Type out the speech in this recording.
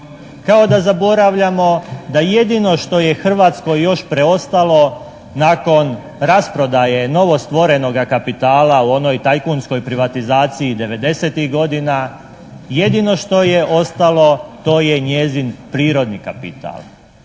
kao da zaboravljamo da jedino što je Hrvatskoj još preostalo nakon rasprodaje novo stvorenoga kapitala u onoj tajkunskoj privatizaciji 90-tih godina, jedino što je ostalo to je njezin prirodni kapital.